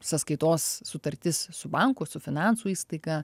sąskaitos sutartis su banku su finansų įstaiga